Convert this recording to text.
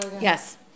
Yes